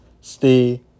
Stay